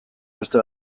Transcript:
beste